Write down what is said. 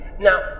Now